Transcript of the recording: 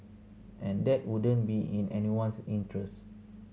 and that wouldn't be in anyone's interest